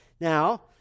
Now